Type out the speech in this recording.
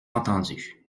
entendus